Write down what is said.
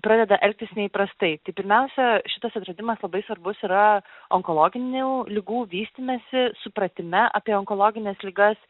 pradeda elgtis neįprastai tai pirmiausia šitas atradimas labai svarbus yra onkologinių ligų vystymesi supratime apie onkologines ligas